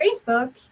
Facebook